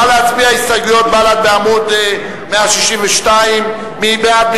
נא להצביע, הסתייגויות בל"ד בעמוד 162. מי בעד?